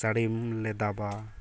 ᱥᱟᱹᱲᱤᱢᱞᱮ ᱫᱟᱵᱽᱵᱟ